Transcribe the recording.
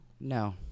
No